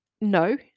no